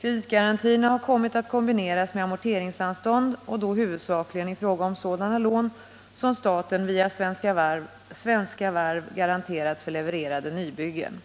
Kreditgarantierna har kommit att kombineras med amorteringsanstånd och då huvudsakligen i fråga om sådana lån som staten via svenska varav garanterat för levererade nybyggen.